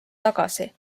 tagasi